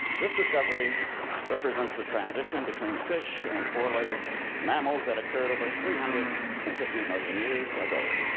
this discovery represents the transition between fish and four-legged mammals that occurred over three hundred and fifty million years ago.